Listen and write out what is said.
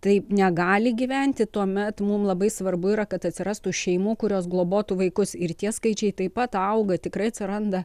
taip negali gyventi tuomet mum labai svarbu yra kad atsirastų šeimų kurios globotų vaikus ir tie skaičiai taip pat auga tikrai atsiranda